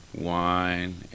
wine